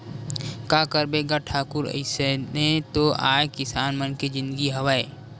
का करबे गा ठाकुर अइसने तो आय किसान मन के जिनगी हवय